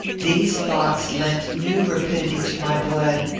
these thoughts lent new rapidity to my blood.